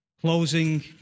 closing